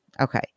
Okay